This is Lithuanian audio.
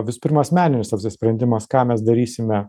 visų pirma asmeninis apsisprendimas ką mes darysime